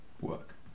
work